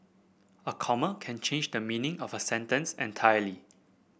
a comma can change the meaning of a sentence entirely